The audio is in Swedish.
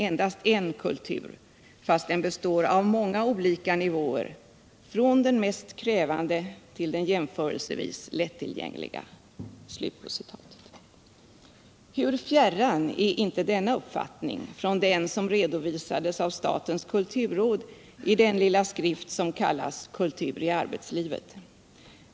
endast en kultur, fast den består av många olika nivåer, från den mest krävande till den jämförelsevis lättillgängliga.” Hur fjärran är inte denna uppfattning från den som redovisades av statens - Nr 92 kulturråd i den lilla skrift som kallas Kultur i arbetslivet.